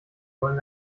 wollen